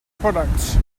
products